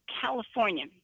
California